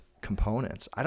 components